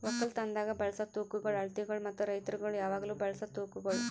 ಒಕ್ಕಲತನದಾಗ್ ಬಳಸ ತೂಕಗೊಳ್, ಅಳತಿಗೊಳ್ ಮತ್ತ ರೈತುರಗೊಳ್ ಯಾವಾಗ್ಲೂ ಬಳಸ ತೂಕಗೊಳ್